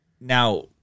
Now